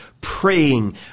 praying